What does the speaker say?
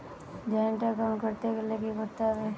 Joint account করতে গেলে কি করতে হবে?